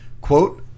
quote